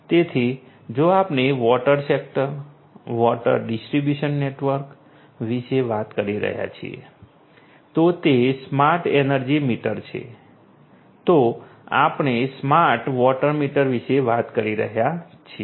તેથી જો આપણે water sector water distribution network વિશે વાત કરી રહ્યા છીએ તો તે સ્માર્ટ એનર્જી મીટર છે તો આપણે સ્માર્ટ વોટર મીટર વિશે વાત કરી રહ્યા છીએ